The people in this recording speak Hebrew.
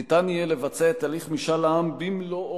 ניתן יהיה לבצע את הליך משאל העם במלואו